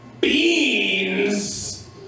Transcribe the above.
Beans